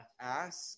Ask